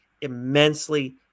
immensely